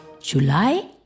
July